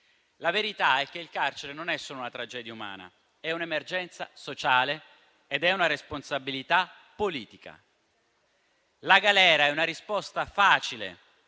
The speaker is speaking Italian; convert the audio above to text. La verità è che il carcere non è solo una tragedia umana, ma è un'emergenza sociale ed è una responsabilità politica. La galera è una risposta facile